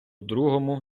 другому